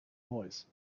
noise